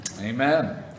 Amen